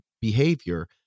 behavior